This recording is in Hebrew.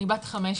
אני בת 15,